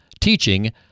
teaching